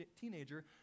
teenager